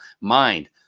mind